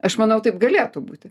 aš manau taip galėtų būti